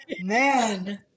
Man